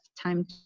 time